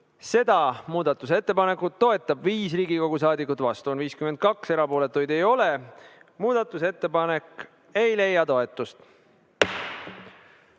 Seda muudatusettepanekut toetab 5 Riigikogu saadikut, vastu on 52, erapooletuid ei ole. Muudatusettepanek ei leia toetust.